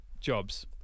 jobs